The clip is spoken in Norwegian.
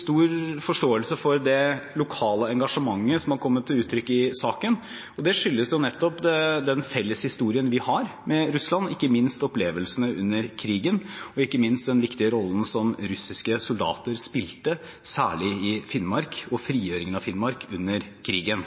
stor forståelse for det lokale engasjementet som har kommet til uttrykk i saken. Det skyldes nettopp den felles historien vi har med Russland, ikke minst opplevelsene under krigen og den viktige rollen som russiske soldater spilte, særlig i Finnmark – og frigjøringen av Finnmark – under krigen.